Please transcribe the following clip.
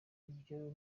ibyo